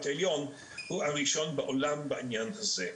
העליון הוא הראשון בעולם בעניין הזה.